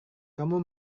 kamu